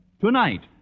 Tonight